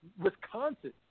Wisconsin